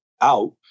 out